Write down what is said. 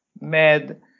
MED